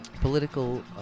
political